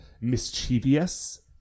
mischievous